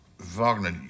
wagner